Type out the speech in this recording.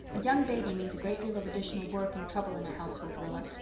a young baby means a great deal of additional work and trouble in a household, rilla.